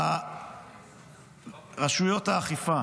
רשויות האכיפה